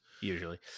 Usually